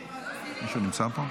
מישהו נמצא פה?